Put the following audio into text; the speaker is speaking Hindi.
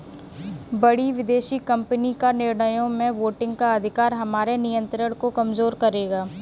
बड़ी विदेशी कंपनी का निर्णयों में वोटिंग का अधिकार हमारे नियंत्रण को कमजोर करेगा